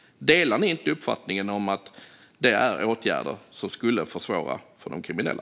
Delar ni inte uppfattningen att det är åtgärder som skulle försvåra för de kriminella?